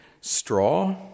straw